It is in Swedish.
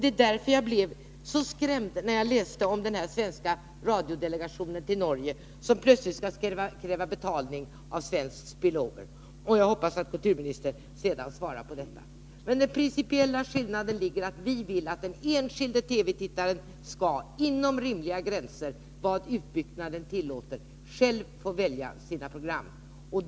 Det är därför som jag blev så skrämd när jag läste om den svenska radiodelegationen i Norge som plötsligt skall kräva betalning av svensk ”spill over”. Jag hoppas att kulturministern kommenterar detta. Men den principiella skillnaden ligger alltså i att vi vill att den enskilde TV-tittaren skall inom rimliga gränser, efter vad utbyggnaden tillåter, själv få välja sina program.